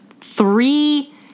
three